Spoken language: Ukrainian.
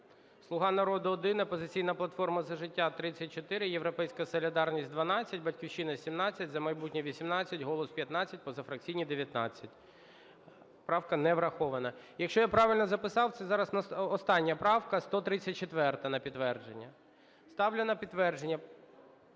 "Слуга народу" – 1, "Опозиційна платформа – За життя" – 34, "Європейська солідарність" – 12, "Батьківщина" – 17, "За майбутнє" – 18, "Голос" – 15, позафракційні – 19. Правка не врахована. Якщо я правильно записав, це зараз у нас остання правка 134 на підтвердження. Ставлю на підтвердження…